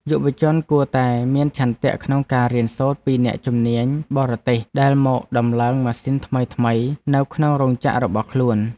យុវជនគួរតែមានឆន្ទៈក្នុងការរៀនសូត្រពីអ្នកជំនាញបរទេសដែលមកតម្លើងម៉ាស៊ីនថ្មីៗនៅក្នុងរោងចក្ររបស់ខ្លួន។